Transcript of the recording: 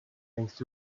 längst